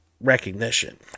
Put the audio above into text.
recognition